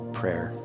prayer